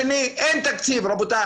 שיכולים לתת מענה טוב ונכון,